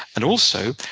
and also,